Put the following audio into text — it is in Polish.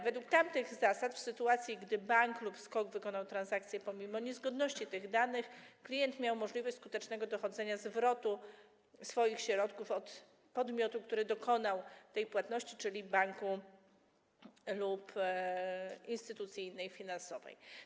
Według tamtych zasad w sytuacji, gdy bank lub SKOK wykonał transakcję pomimo niezgodności tych danych, klient miał możliwość skutecznego dochodzenia zwrotu swoich środków od podmiotu, który dokonał tej płatności, czyli banku lub innej instytucji finansowej.